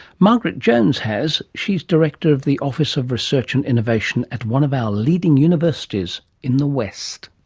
margaret jones has she's director of the office of research and innovation at one of our leading universities in the west.